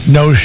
no